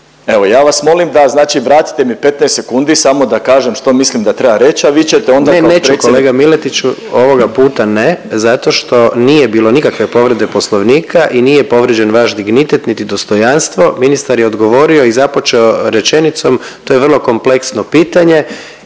Evo ja vas molim da znači vratite mi 15 sekundi samo da kažem što mislim da treba reći, a vi ćete onda kao predsjednik … **Jandroković, Gordan (HDZ)** Ne, neću kolega Miletiću ovoga puta ne zato što nije bilo nikakve povrede Poslovnika i nije povrijeđen vaš dignitet niti dostojanstvo. Ministar je odgovorio i započeo rečenicom to je vrlo kompleksno pitanje